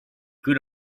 good